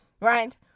right